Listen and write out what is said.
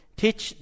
teach